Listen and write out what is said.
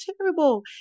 terrible